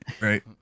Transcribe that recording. Right